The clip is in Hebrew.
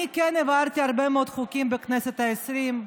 אני כן העברתי הרבה מאוד חוקים בכנסת העשרים,